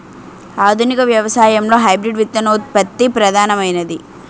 ఆధునిక వ్యవసాయంలో హైబ్రిడ్ విత్తనోత్పత్తి ప్రధానమైనది